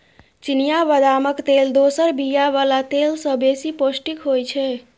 चिनियाँ बदामक तेल दोसर बीया बला तेल सँ बेसी पौष्टिक होइ छै